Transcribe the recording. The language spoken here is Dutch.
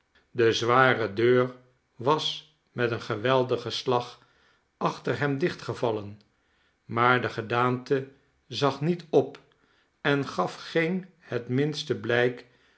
de zware deur was met een geweldigen slag achter hem dichtgevallen maar de gedaante zag niet op en gaf geen het minste blijk